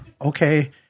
okay